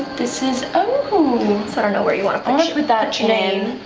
this is oh, i don't know where you want to put it with that your name.